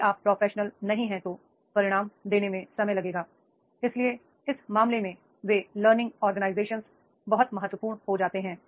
यदि आप प्रोफेशनल नहीं हैं तो परिणाम देने में समय लगेगा इसलिए इस मामले में ये लर्निंग ऑर्गेनाइजेशन बहुत महत्वपूर्ण हो जाते हैं